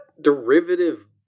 derivative